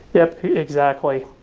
yup, exactly.